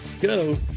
go